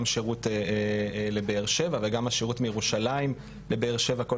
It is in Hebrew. גם שירות לבאר שבע וגם השירות מירושלים לבאר שבע כל